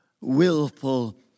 willful